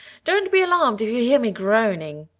don't be alarmed if you hear me groaning.